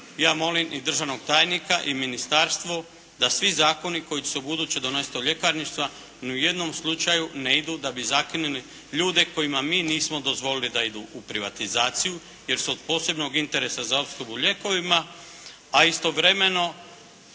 ja molim i državnog tajnika i Ministarstvo da svi zakoni koji će se ubuduće donositi o ljekarništva, niti u jednom slučaju ne idu da bi zakinuli ljude kojima mi nismo dozvolili da idu u privatizaciju, jer su od posebnog interesa za opskrbu lijekovima. A istovremeno